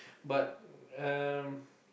but um